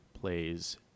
plays